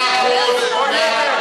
מאה אחוז, מאה אחוז.